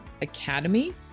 Academy